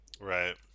Right